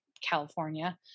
california